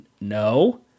No